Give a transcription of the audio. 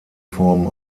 formen